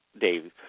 Dave